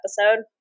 episode